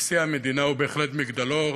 נשיא המדינה הוא בהחלט מגדלור.